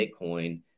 Bitcoin